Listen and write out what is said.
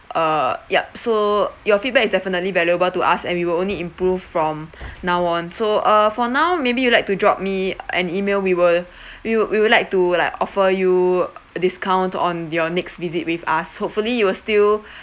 uh yup so your feedback is definitely valuable to us and we will only improve from now on so uh for now maybe you like to drop me an email we will we would we would like to like offer you discount on your next visit with us hopefully you will still